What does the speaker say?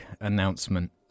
announcement